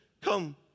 Come